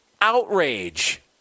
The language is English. outrage